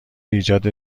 ایجاد